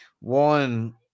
one